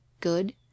good